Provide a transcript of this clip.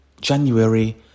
January